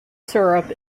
syrup